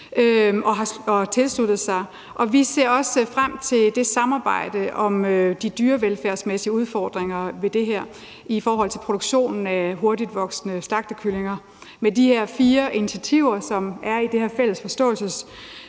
og tilsluttet sig, og vi ser også frem til det samarbejde om de dyrevelfærdsmæssige udfordringer ved det her i forhold til produktion af hurtigtvoksende slagtekyllinger. Der er fire initiativer i det her fælles forståelsespapir.